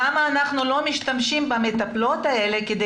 למה אנחנו לא משתמשים במטפלות האלה כדי